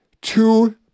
Two